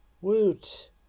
Woot